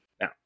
Now